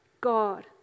God